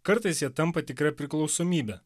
kartais jie tampa tikra priklausomybe